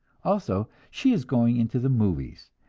also, she is going into the movies,